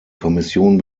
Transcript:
kommission